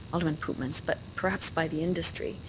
alderman pootmans, but perhaps by the industry,